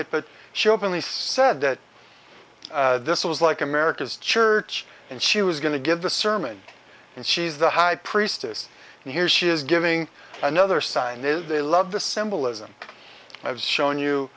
it but she openly said that this was like america's church and she was going to give the sermon and she's the high priestess and here she is giving another sign is they love the symbolism i've shown you